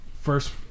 first